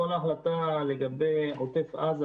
כל ההחלטה לגבי עוטף עזה,